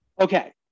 Okay